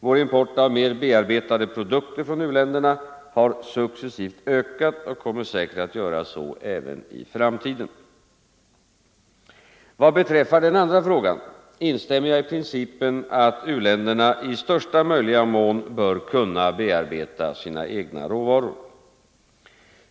Vår import av mer bearbetade produkter från uländerna har successivt ökat och kommer säkert att göra så även i framtiden. Vad beträffar den andra frågan instämmer jag i principen att u-länderna i största möjliga mån bör kunna bearbeta sina egna råvaror.